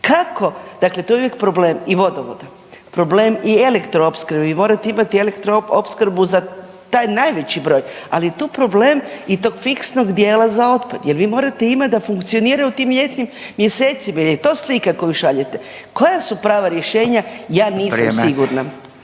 Kako, dakle to je uvijek problem, i vodovoda, problem i elektroopskrbe, vi morate imate elektroopskrbu za taj najveći broj, ali je tu problem i tog fiksnog dijela za otpad jer vi morate imati da funkcioniraju u tim ljetnim mjesecima. Je li to slika koju šaljete? Koja su prava rješenja ja nisam sigurna.